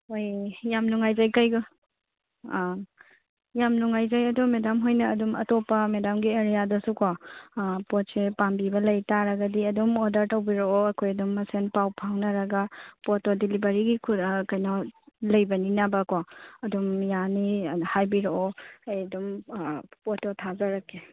ꯍꯣꯏꯌꯦ ꯌꯥꯝ ꯅꯨꯡꯉꯥꯏꯖꯩ ꯑ ꯌꯥꯝ ꯅꯨꯡꯉꯥꯏꯖꯩ ꯑꯗꯣ ꯃꯦꯗꯥꯝꯍꯣꯏꯅ ꯑꯗꯨꯝ ꯑꯇꯣꯞꯄ ꯃꯦꯗꯥꯝꯒꯤ ꯑꯦꯔꯤꯌꯥꯗꯁꯨꯀꯣ ꯄꯣꯠꯁꯦ ꯄꯥꯝꯕꯤꯕ ꯂꯩꯇꯥꯔꯒꯗꯤ ꯑꯗꯨꯝ ꯑꯣꯔꯗꯔ ꯇꯧꯕꯤꯔꯛꯑꯣ ꯑꯩꯈꯣꯏ ꯑꯗꯨꯝ ꯃꯁꯦꯟ ꯄꯥꯎ ꯐꯥꯎꯅꯔꯒ ꯄꯣꯠꯇꯣ ꯗꯤꯂꯤꯚꯔꯤꯒꯤ ꯀꯩꯅꯣ ꯂꯩꯕꯅꯤꯅꯕꯀꯣ ꯑꯗꯨꯝ ꯌꯥꯅꯤ ꯍꯥꯏꯕꯤꯔꯛꯑꯣ ꯑꯩ ꯑꯗꯨꯝ ꯄꯣꯠꯇꯣ ꯊꯥꯖꯔꯛꯀꯦ